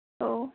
औ